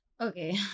okay